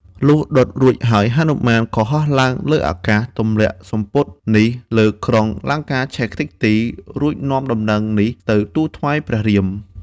លុះដុតរួចហើយហនុមាន ក៏ហោះឡើងលើអាកាសទម្លាក់សំពត់នេះលើក្រុងលង្កាឆេះខ្ទេចខ្ទីរ រួចនាំដំណឹងនេះទៅទូលថ្វាយព្រះរាម។